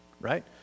right